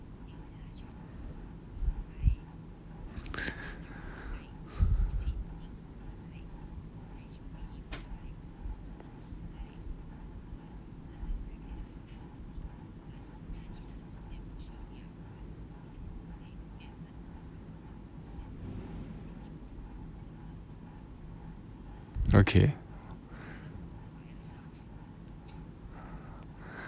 okay